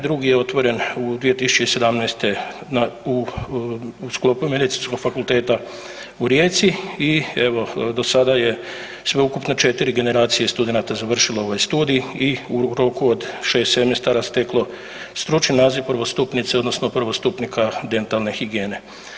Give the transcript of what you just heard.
Drugi je otvoren u 2017. na, u sklopu Medicinskog fakulteta u Rijeci i evo do sada je sveukupno 4 generacije studenata završilo ovaj studij i u roku od 6 semestara steklo stručni naziv prvostupnice odnosno prvostupnika dentalne higijene.